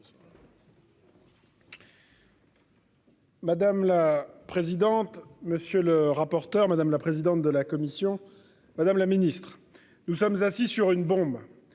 Madame la présidente. Monsieur le rapporteur, madame la présidente de la commission, madame la Ministre, nous sommes assis sur une bombe,